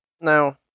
Now